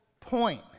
point